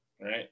Right